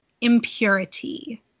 impurity